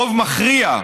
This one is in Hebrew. רוב מכריע,